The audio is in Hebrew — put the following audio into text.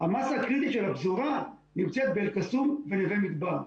המסה הקריטית של הפזורה נמצאת באל קסום ובנווה מדבר.